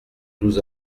doux